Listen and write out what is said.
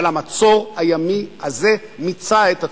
אבל המצור הימי הזה מיצה את עצמו.